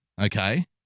Okay